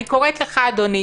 אני קוראת לך, אדוני,